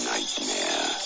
Nightmare